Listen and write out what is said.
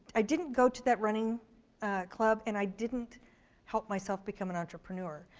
i didn't go to that running club, and i didn't help myself become an entrepreneur.